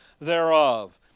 thereof